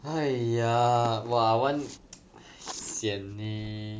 !haiya! !wah! I want sian eh